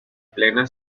plena